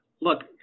Look